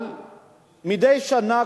אבל מדי שנה,